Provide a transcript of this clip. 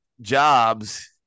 jobs